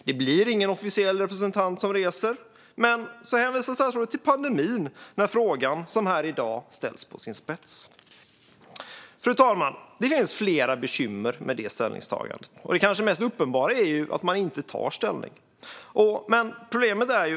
Det blir ingen officiell representant som reser, men när frågan ställs på sin spets som här i dag är det pandemin som statsrådet hänvisar till. Fru talman! Det finns flera bekymmer med det ställningstagandet. Det kanske mest uppenbara är att man inte tar ställning.